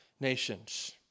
nations